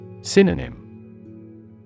Synonym